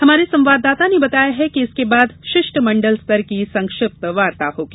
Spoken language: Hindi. हमारे संवाददाता ने बताया है कि इसके बाद शिष्टमंडल स्तर की संक्षिप्त वार्ता होगी